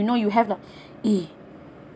you know you have like eh